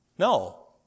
No